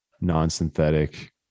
non-synthetic